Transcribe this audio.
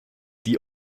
die